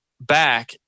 back